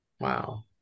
Wow